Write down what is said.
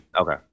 okay